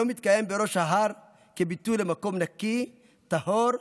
היום מתקיים בראש ההר כביטוי למקום נקי, טהור,